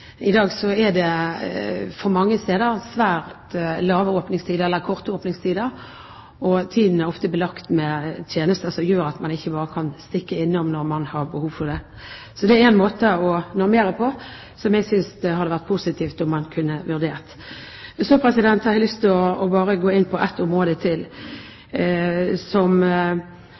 I dag er det mange steder svært korte åpningstider, og tiden er ofte belagt med tjenester som gjør at man ikke bare kan stikke innom når man har behov for det. Det er en måte å normere på som jeg synes det hadde vært positivt om man kunne vurdere. Så har jeg bare lyst til å gå inn på ett område til, som